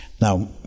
Now